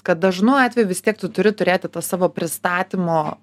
kad dažnu atveju vis tiek tu turi turėti tą savo pristatymo